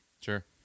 Sure